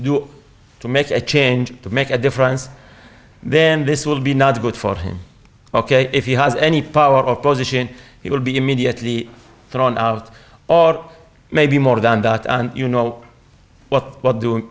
do to make a change to make a difference then this will be not good for him ok if he has any power of position he will be immediately thrown out or maybe more than that and you know what what do